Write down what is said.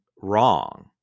wrong